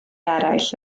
eraill